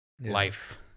life